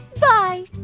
Bye